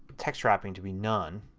text wrapping to be none.